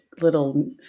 little